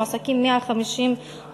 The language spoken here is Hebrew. מועסקים 150 עובדים,